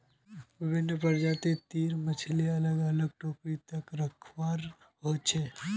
विभिन्न प्रजाति तीर मछली अलग अलग टोकरी त रखवा हो छे